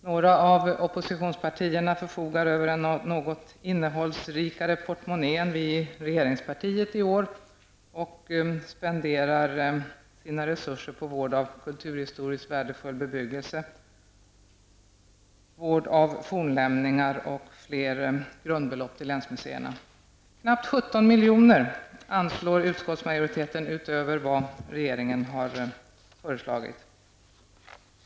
Några av oppositionspartierna förfogar över en något innehållsrikare portmonnä än vi i regeringspartiet i år och spenderar sina resurser på vård av kulturhistoriskt värdefull bebyggelse, vård av fornlämningar och fler grundbelopp till länsmuseerna. Knappt 17 milj.kr. anslår utskottsmajoriteten utöver vad regeringen har föreslagit.